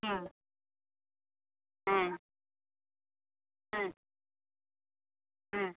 হ্যাঁ হ্যাঁ হ্যাঁ হ্যাঁ